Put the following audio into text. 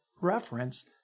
reference